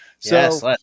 Yes